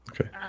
Okay